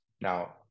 Now